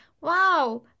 wow